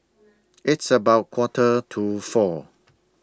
its about Quarter to four